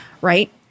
right